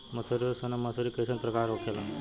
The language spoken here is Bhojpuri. मंसूरी और सोनम मंसूरी कैसन प्रकार होखे ला?